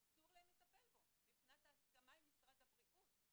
אסור להם לטפל בו מבחינת ההסכמה עם משרד הבריאות.